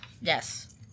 Yes